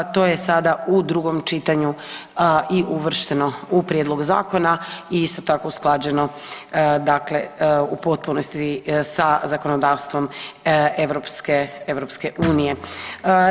To je sada u drugom čitanju i uvršteno u prijedlog zakona i isto tako usklađeno dakle u potpunosti sa zakonodavstvom europske, EU.